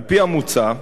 על-פי המוצע,